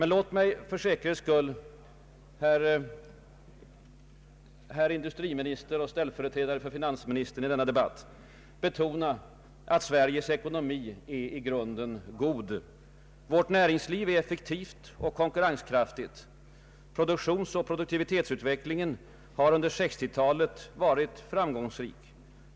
Låt mig för säkerhets skull, herr industriminister och ställföreträdare för finansministern i denna debatt, betona att Sveriges ekonomi är i grunden god. Vårt näringsliv är effektivt och konkurrenskraftigt. Produktionsoch produktivitetsutvecklingen har under 1960-talet varit framgångsrik.